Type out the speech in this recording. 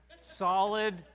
solid